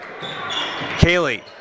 Kaylee